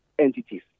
entities